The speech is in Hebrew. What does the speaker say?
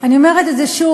אני אומרת את זה שוב,